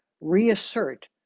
reassert